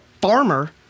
farmer